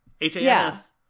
H-A-S